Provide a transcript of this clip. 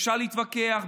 אפשר להתווכח,